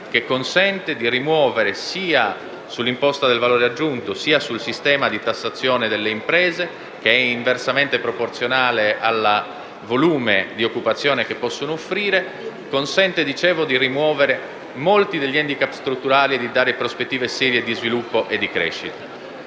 che consente di rimuovere sia sull'imposta di valore aggiunto, sia sul sistema di tassazione delle imprese, che è inversamente proporzionale al volume di occupazione che possono offrire, molti degli *handicap* strutturali e di dare prospettive serie di sviluppo e di crescita.